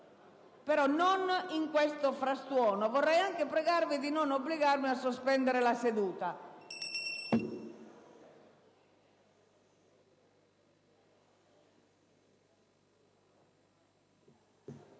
però non in questo frastuono. Vorrei pregarvi di non obbligarmi a sospendere la seduta.